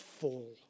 fall